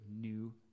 new